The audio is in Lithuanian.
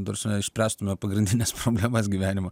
ta prasme išspręstume pagrindines problemas gyvenimo